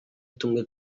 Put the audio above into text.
tumwe